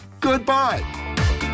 goodbye